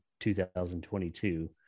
2022